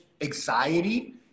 anxiety